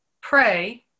pray